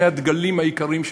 אלה היו שני הדגלים העיקריים שלו.